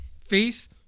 face